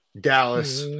Dallas